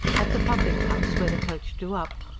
at the public-house where the coach drew up,